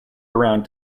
around